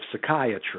psychiatry